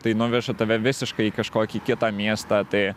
tai nuveža tave visiškai į kažkokį kitą miestą tai